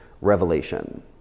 revelation